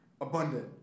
abundant